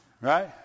Right